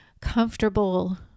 comfortable